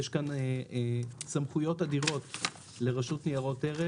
יש כאן סמכויות אדירות לרשות ניירות ערך